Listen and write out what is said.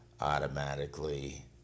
Automatically